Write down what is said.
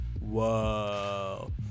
whoa